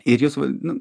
ir jūs va nu